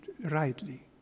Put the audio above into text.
rightly